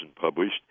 published